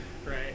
Right